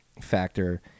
factor